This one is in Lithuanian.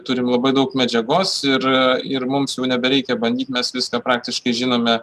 turim labai daug medžiagos ir ir mums jau nebereikia bandyt mes viską praktiškai žinome